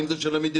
האם היא של המדינה,